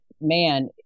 man